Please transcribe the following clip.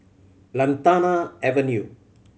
Lantana Avenue